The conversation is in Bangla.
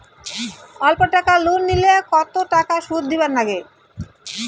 অল্প টাকা লোন নিলে কতো টাকা শুধ দিবার লাগে?